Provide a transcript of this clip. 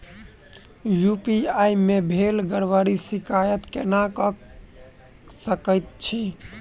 UPI मे भेल गड़बड़ीक शिकायत केना कऽ सकैत छी?